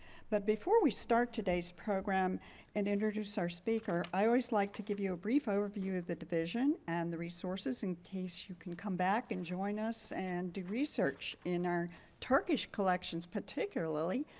but before we start today's program and introduce our speaker, i always like to give you a brief overview of the division and the resources in case you can come back and join us and do research in our turkish collections particularly,